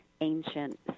ancient